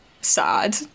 sad